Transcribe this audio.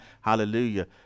hallelujah